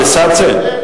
אַבְּסְדָזֶה.